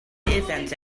events